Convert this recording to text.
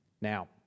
Now